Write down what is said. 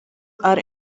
are